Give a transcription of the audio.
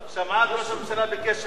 היא שמעה את ראש הממשלה בקשב רב.